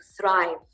thrive